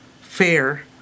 fair